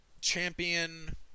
champion